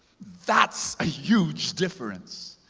that's a huge difference.